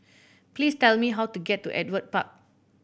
please tell me how to get to Ewart Park